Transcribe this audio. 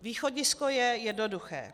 Východisko je jednoduché.